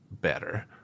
better